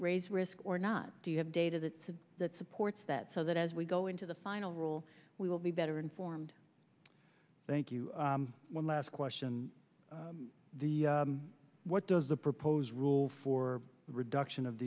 raise risk or not do you have data that says that supports that so that as we go into the final rule we will be better informed thank you one last question the what does the proposed rule for reduction of